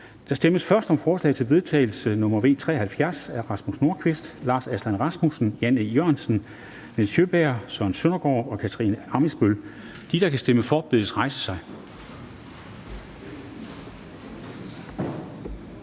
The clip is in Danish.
Der stemmes først om forslag til vedtagelse nr. V 73 af Rasmus Nordqvist (SF), Lars Aslan Rasmussen (S), Jan E. Jørgensen (V), Nils Sjøberg (RV), Søren Søndergaard (EL) og Katarina Ammitzbøll (KF). De, der stemmer for, bedes rejse sig.